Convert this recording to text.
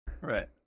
Right